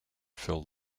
fill